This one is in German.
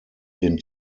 den